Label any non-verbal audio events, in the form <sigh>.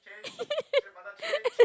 <laughs>